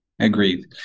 Agreed